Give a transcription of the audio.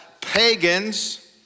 Pagans